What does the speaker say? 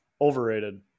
Overrated